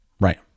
Right